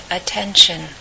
attention